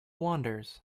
wanders